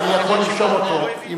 אני יכול לרשום אותו.